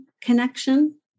connection